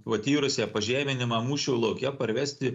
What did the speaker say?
patyrusią pažeminimą mūšio lauke parvesti